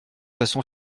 façon